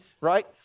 right